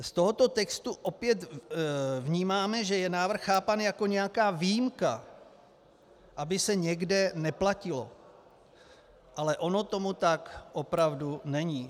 Z tohoto textu opět vnímáme, že návrh je chápán jako nějaká výjimka, aby se někde neplatilo, ale ono tomu tak opravdu není.